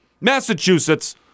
Massachusetts